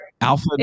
alpha